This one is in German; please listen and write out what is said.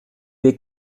wir